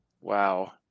wow